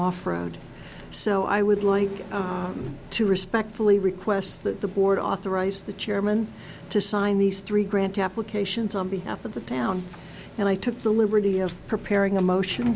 off road so i would like to respectfully rick yes that the board authorized the chairman to sign these three grant applications on behalf of the town and i took the liberty of preparing a motion